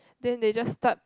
then they just start